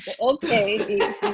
Okay